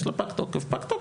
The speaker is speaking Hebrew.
יש לה פג תוקף, פג תוקף.